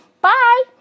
Bye